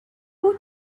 who